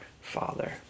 father